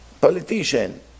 politician